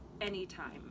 anytime